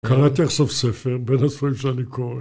קראתי עכשיו ספר בין הספרים שאני קורא